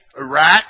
Iraq